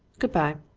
good-bye.